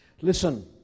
Listen